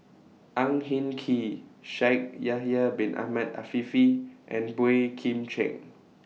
Ang Hin Kee Shaikh Yahya Bin Ahmed Afifi and Boey Kim Cheng